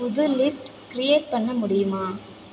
புது list create பண்ண முடியுமா